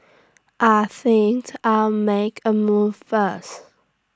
I think I'll make A move first